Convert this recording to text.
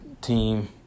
team